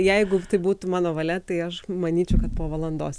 jeigu tai būtų mano valia tai aš manyčiau kad po valandos